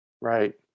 right